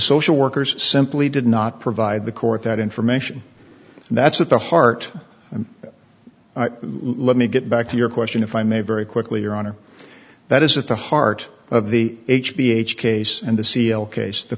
social workers simply did not provide the court that information and that's at the heart and let me get back to your question if i may very quickly your honor that is at the heart of the h b h case and the